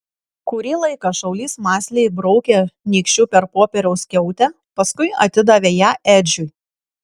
kurį laiką šaulys mąsliai braukė nykščiu per popieriaus skiautę paskui atidavė ją edžiui